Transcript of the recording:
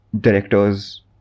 directors